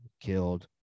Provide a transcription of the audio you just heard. killed